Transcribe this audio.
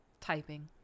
Typing